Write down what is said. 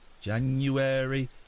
January